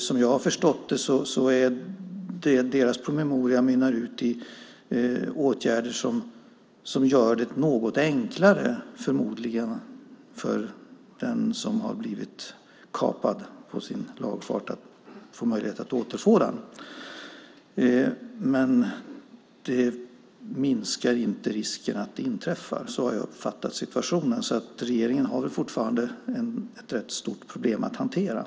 Såvitt jag förstår mynnar promemorian ut i åtgärder som förmodligen gör det något enklare för den som har fått sin lagfart kapad att återfå densamma. Dock minskas därmed inte risken att sådant här inträffar - så har jag uppfattat situationen - så regeringen har väl fortfarande ett rätt stort problem att hantera.